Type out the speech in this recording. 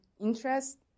interest